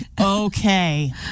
okay